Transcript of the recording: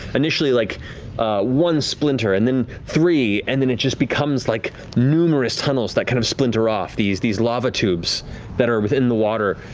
initially, like one splinter and then three, and then it just becomes like numerous tunnels that kind of splinter off, these these lava tubes that are within the water.